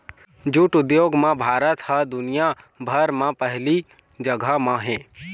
jute उद्योग म भारत ह दुनिया भर म पहिली जघा म हे